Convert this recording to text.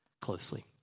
closely